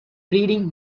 breeding